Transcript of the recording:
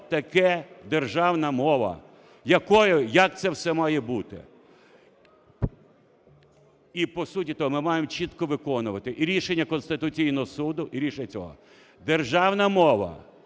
таке державна мова, як це все має бути? І по суті того, ми маємо чітко виконувати і рішення Конституційного Суду і рішення цього... Державна мова,